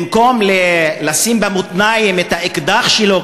במקום לשים במותניים את האקדח שלו,